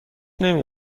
نمی